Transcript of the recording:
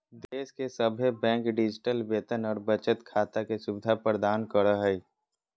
देश के सभे बैंक डिजिटल वेतन और बचत खाता के सुविधा प्रदान करो हय